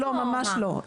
לא, ממש לא.